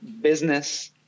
business